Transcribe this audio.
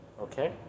Okay